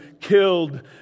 killed